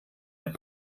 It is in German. mit